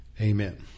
Amen